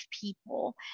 people